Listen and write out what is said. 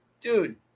dude